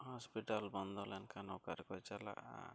ᱵᱚᱱᱫᱚ ᱞᱮᱱᱠᱷᱟᱱ ᱚᱠᱟ ᱨᱮᱠᱚ ᱪᱟᱞᱟᱜᱼᱟ